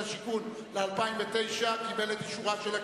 השיכון ל-2009 קיבל את אישורה של הכנסת.